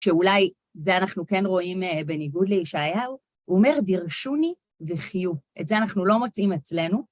שאולי זה אנחנו כן רואים בניגוד לישעיהו, הוא אומר, דירשו ני וחיו. את זה אנחנו לא מוצאים אצלנו.